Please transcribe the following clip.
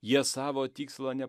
jie savo tikslo ne